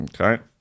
Okay